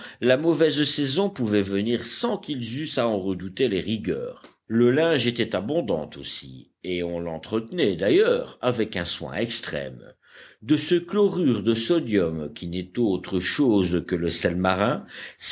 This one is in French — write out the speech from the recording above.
la mauvaise saison pouvait venir sans qu'ils eussent à en redouter les rigueurs le linge était abondant aussi et on l'entretenait d'ailleurs avec un soin extrême de ce chlorure de sodium qui n'est autre chose que le sel marin